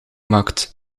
maakt